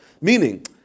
Meaning